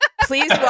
please